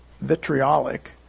vitriolic